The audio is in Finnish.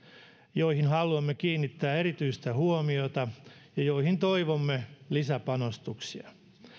joihin haluamme kiinnittää erityistä huomiota ja joihin toivomme lisäpanostuksia